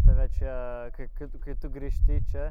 tave čia kai kai tu grįžti čia